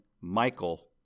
Michael